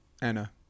Anna